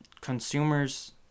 consumers